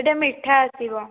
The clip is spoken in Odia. ସେଇଟା ମିଠା ଆସିବ